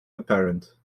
apparent